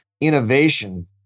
innovation